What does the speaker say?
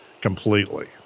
completely